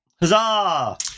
Huzzah